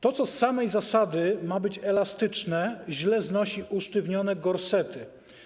To, co z samej zasady ma być elastyczne, źle znosi usztywnione gorsety.